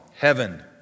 Heaven